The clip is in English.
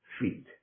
feet